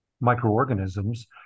microorganisms